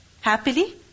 happily